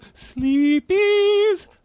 Sleepies